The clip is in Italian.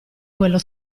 quello